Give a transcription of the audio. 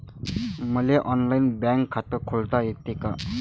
मले online bank खात खोलता येते का?